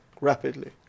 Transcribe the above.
rapidly